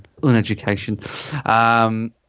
uneducation